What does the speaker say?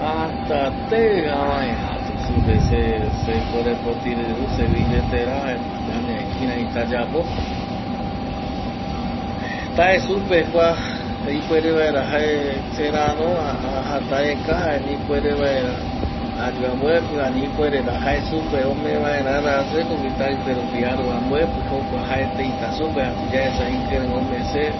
Atateɨ avae a tu supe se sekorepoti riru, se billeterra jaema ya añae kiraita ayapo, tae supe kua ipuere vaera jae seraro ajata aeka jaema ipuere vaera ayu amboepi ani ipuere ra jae supe ome vaera ara se jokogui taikue rupi aru amboepi, jokua jae teita supe yaesa ikirei ome se